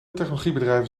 technologiebedrijven